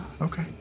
Okay